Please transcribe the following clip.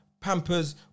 Pampers